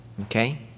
Okay